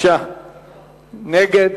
45 נגד,